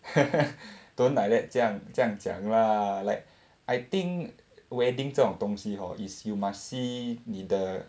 don't like that 这样这样讲 lah like I think wedding 这种东西 hor is you must see 你的